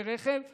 כלי רכב מנועיים.